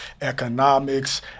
economics